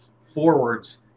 forwards